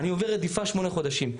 אני עובר רדיפה שמונה חודשים.